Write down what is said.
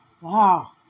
Wow